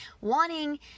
wanting